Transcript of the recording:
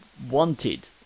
Wanted